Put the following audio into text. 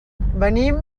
venim